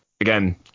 again